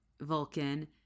Vulcan